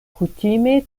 kutime